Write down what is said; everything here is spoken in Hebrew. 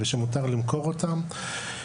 ושמותר למכור אותם.